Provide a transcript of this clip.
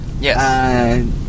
Yes